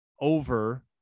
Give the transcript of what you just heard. over